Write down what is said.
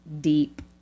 deep